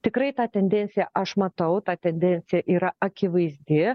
tikrai tą tendenciją aš matau ta tendencija yra akivaizdi